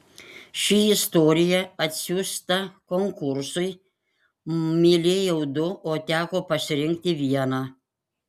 ši istorija atsiųsta konkursui mylėjau du o teko pasirinkti vieną